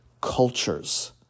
cultures